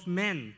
men